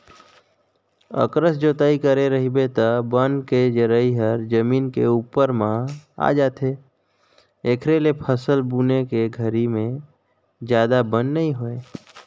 अकरस जोतई करे रहिबे त बन के जरई ह जमीन के उप्पर म आ जाथे, एखरे ले फसल बुने के घरी में जादा बन नइ होय